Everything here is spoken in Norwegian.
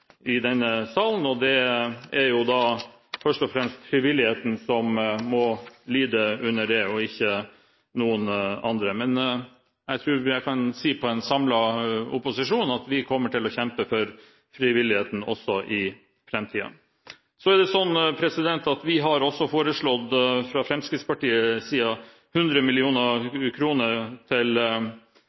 denne salen, og da er det først og fremst frivilligheten som må lide under det – ikke noen andre. Jeg tror jeg kan si fra en samlet opposisjon at vi kommer til å kjempe for frivilligheten også i framtiden. Vi har også fra Fremskrittspartiets side foreslått 100 mill. kr til en ordning som kan bidra til